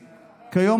כיום,